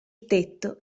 tetto